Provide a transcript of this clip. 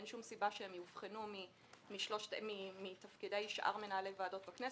אין שום סיבה שהם יובחנו מתפקידי שאר מנהלי הוועדות בכנסת,